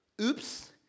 Oops